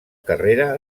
carrera